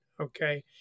okay